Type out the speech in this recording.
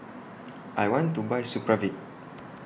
I want to Buy Supravit